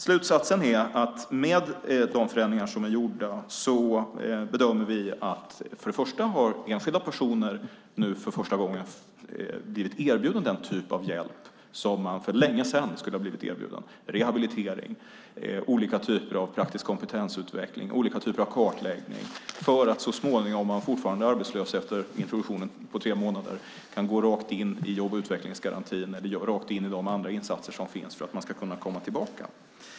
Slutsatsen är att vi med de förändringar som är gjorda bedömer att enskilda personer för första gången blivit erbjudna den typ av hjälp som de för länge sedan skulle ha blivit erbjudna - rehabilitering, olika typer av praktisk kompetensutveckling och olika typer av kartläggning. Om de fortfarande är arbetslösa efter introduktionen på tre månader kan de gå rakt in i jobb och utvecklingsgarantin eller rakt in i de andra insatser som finns för att de ska kunna komma tillbaka.